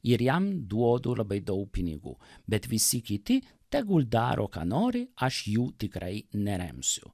ir jam duodu labai daug pinigų bet visi kiti tegul daro ką nori aš jų tikrai neremsiu